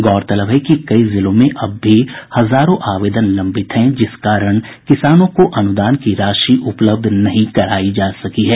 गौरतलब है कि कई जिलों में अब भी हजारों आवेदन लंबित हैं जिस कारण किसानों को अनुदान की राशि उपलब्ध नहीं कराई जा सकी है